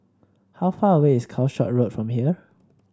how far away is Calshot Road from here